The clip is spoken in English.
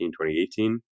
2018